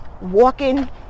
walking